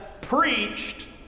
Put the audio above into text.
preached